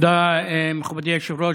תודה, מכובדי היושב-ראש.